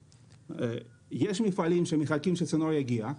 יש מפעלים שמחכים שהצינור יגיע.